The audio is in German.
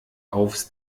aufs